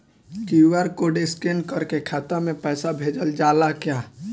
QR code scan करके खाता में पैसा भेजल जाला का?